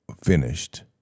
finished